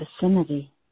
vicinity